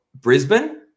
Brisbane